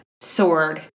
sword